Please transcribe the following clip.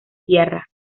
tierra